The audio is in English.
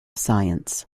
science